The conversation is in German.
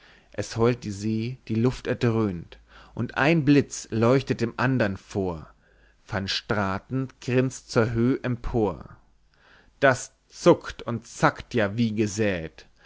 es heult die see die luft erdröhnt und ein blitz leuchtet dem andern vor van straten grinst zur höh empor das zuckt und zackt ja wie gesät